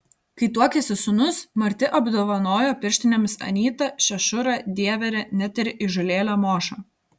kai tuokėsi sūnus marti apdovanojo pirštinėmis anytą šešurą dieverį net ir įžūlėlę mošą